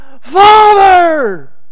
father